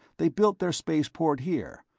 they built their spaceport here,